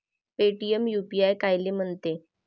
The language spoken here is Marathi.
पेटीएम यू.पी.आय कायले म्हनते?